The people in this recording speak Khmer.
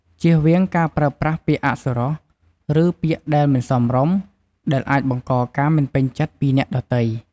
ជៀសវាងការប្រើប្រាស់ពាក្យអសុរោះ ឬពាក្យដែលមិនសមរម្យ ដែលអាចបង្កការមិនពេញចិត្តពីអ្នកដទៃ។